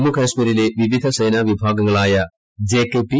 ജമ്മു കാശ്മീരിലെ വിവിധ സേനാവിഭാഗങ്ങളായ ഒജ്കുക്പി